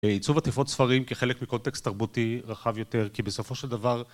עיצוב עטיפות ספרים כחלק מקונטקסט תרבותי רחב יותר כי בסופו של דבר